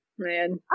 Man